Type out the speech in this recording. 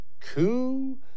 coup